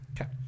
Okay